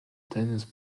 tennis